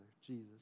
Jesus